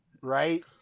right